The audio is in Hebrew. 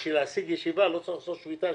בשביל להשיג ישיבה לא צריך לעשות שביתה.